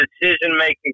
decision-making